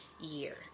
year